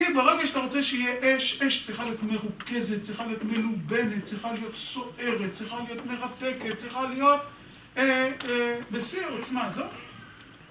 ברגע שאתה רוצה שיהיה אש, אש צריכה להיות מרוכזת, צריכה להיות מלובנת, צריכה להיות סוערת, צריכה להיות מרתקת, צריכה להיות בשיא העוצמה